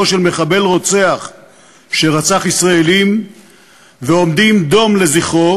של מחבל רוצח שרצח ישראלים ועומדים דום לזכרו,